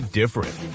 different